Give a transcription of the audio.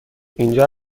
اینجا